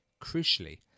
Crucially